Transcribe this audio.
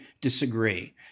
disagree